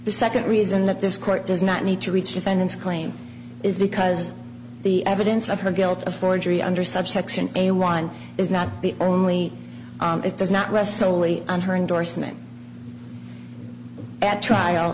the second reason that this court does not need to reach defendants claim is because the evidence of her guilt of forgery under subsection a one is not the only it does not rest solely on her endorsement at trial